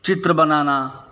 चित्र बनाना